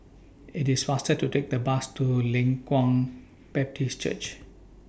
IT IS faster to Take The Bus to Leng Kwang Baptist Church